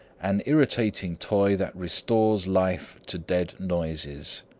an irritating toy that restores life to dead noises.